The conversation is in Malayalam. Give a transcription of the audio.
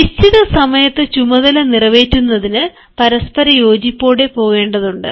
നിശ്ചിത സമയത്ത് ചുമതല നിറവേറ്റുന്നതിന് പരസ്പര യോജിപ്പോടെ പോകേണ്ടതുണ്ട്